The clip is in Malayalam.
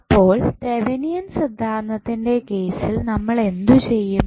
അപ്പോൾ തെവനിയൻ സിദ്ധാന്തത്തിന്റെ കേസിൽ നമ്മൾ എന്തു ചെയ്യും